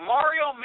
Mario